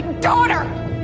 daughter